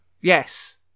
Yes